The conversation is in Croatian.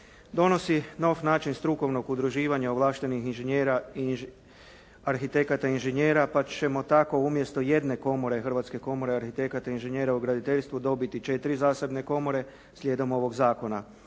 Donosi nov način strukovnog udruživanja ovlaštenih inženjera i arhitekata inženjera, pa ćemo tako umjesto jedne komore, Hrvatske komore arhitekata i inženjera u graditeljstvu dobiti 4 zasebne komore slijedom ovog zakona.